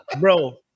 bro